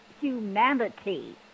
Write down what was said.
humanity